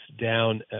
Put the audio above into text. down